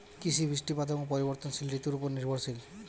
কৃষি বৃষ্টিপাত এবং পরিবর্তনশীল ঋতুর উপর নির্ভরশীল